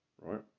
right